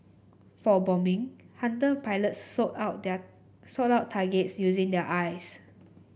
for bombing Hunter pilots sought out their sought out targets using their eyes